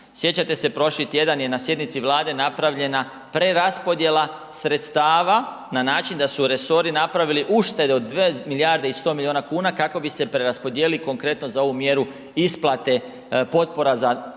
sjećate se, prošli tjedan je na sjednici Vlade napravljena preraspodjela sredstava na način da su resori napravili uštedu od 2 milijarde i 100 milijun kuna kako bi se preraspodijelili konkretno za ovu mjeru isplate potpora za